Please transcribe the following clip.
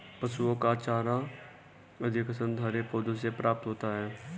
पशुओं का चारा अधिकांशतः हरे पौधों से प्राप्त होता है